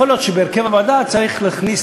יכול להיות שבהרכב הוועדה צריך להכניס,